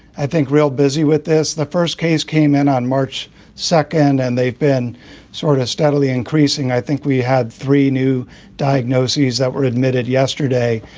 i think, real busy with this, the first case came in on march second and they've been sort of steadily increasing. i think we had three new diagnoses that were admitted yesterday.